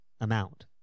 amount